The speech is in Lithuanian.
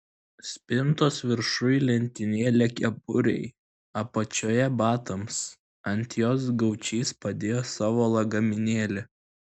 spintos viršuj lentynėlė kepurei apačioje batams ant jos gaučys padėjo savo lagaminėlį